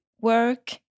work